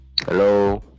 hello